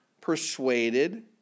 persuaded